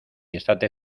estate